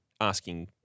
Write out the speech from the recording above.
asking